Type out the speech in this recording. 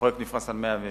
הפרויקט נפרס על 112